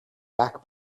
back